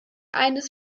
eines